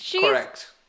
Correct